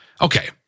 okay